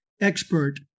expert